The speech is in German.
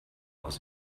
aus